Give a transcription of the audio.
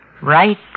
Right